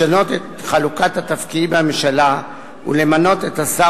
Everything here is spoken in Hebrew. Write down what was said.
לשנות את חלוקת התפקידים בממשלה ולמנות את השר